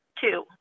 two